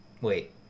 wait